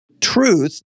truth